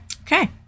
Okay